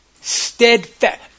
steadfast